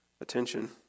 attention